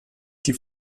die